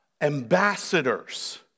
ambassadors